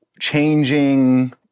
changing